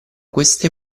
queste